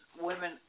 women